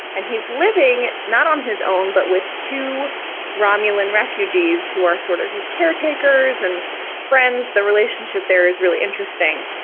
and he's living not on his own, but with two romulan refugees who are sort of his caretakers and friends. the relationship there is really interesting.